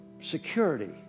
security